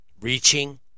reaching